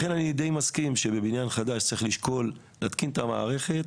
לכן אני די מסכים שבבניין חדש צריך לשקול להתקין את המערכת.